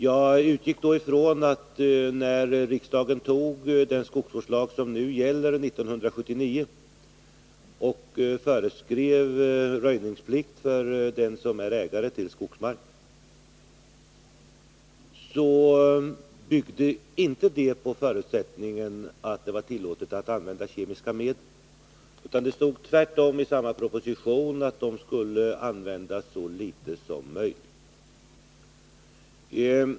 Jag utgick från det faktum att när riksdagen 1979 antog den skogsvårdslag som nu gäller och föreskrev röjningsplikt för den som är ägare till skogsmark, så byggde inte det beslutet på förutsättningen att det var tillåtet att använda kemiska medel. Det stod tvärtom i samma proposition att de skulle användas så litet som möjligt.